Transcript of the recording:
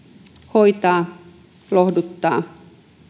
hoitaa lohduttaa